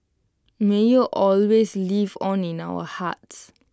may you always live on in our hearts